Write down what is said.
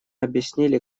объясняли